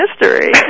history